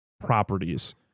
properties